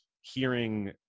hearing